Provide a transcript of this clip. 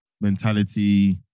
Mentality